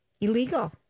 illegal